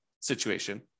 situation